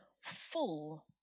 full